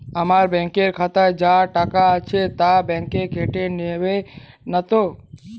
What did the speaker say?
আমার ব্যাঙ্ক এর খাতায় যা টাকা আছে তা বাংক কেটে নেবে নাতো?